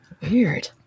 weird